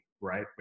right